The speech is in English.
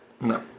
No